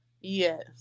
Yes